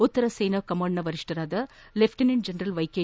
ಉತ್ತರ ಸೇನಾ ಕಮಾಂಡ್ನ ವರಿಷ್ಠರಾದ ಲೆಫ್ಲಿನೆಂಟ್ ಜನರಲ್ ವ್ಯೆಕೆ